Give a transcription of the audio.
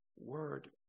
word